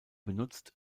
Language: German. benutzt